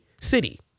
city